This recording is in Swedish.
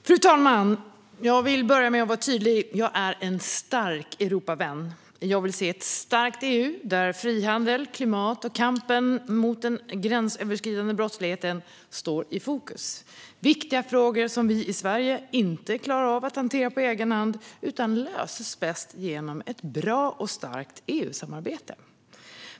Fru talman! Jag vill börja med att vara tydlig. Jag är en stark Europavän. Jag vill se ett starkt EU där frihandel, klimat och kampen mot den gränsöverskridande brottligheten står i fokus. Det är viktiga frågor som vi i Sverige inte klarar av att hantera på egen hand utan som löses bäst genom ett bra och starkt EU-samarbete.